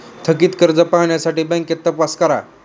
थकित कर्ज पाहण्यासाठी बँकेत तपास करा